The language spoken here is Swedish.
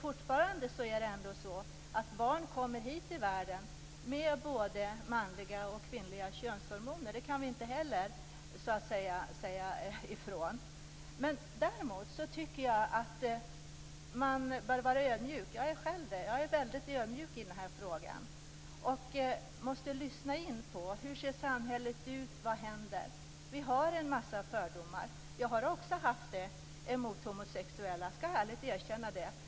Fortfarande är det ändå så att barn kommer till världen med både manliga och kvinnliga könshormoner. Det kan vi inte säga emot. Däremot tycker jag att man bör vara ödmjuk. Jag är själv ödmjuk i den här frågan. Man måste lyssna och se på hur samhället ser ut, på vad som händer. Vi har en massa fördomar. Jag har också haft det mot homosexuella. Jag ska ärligt erkänna det.